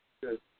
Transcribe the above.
Good